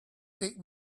take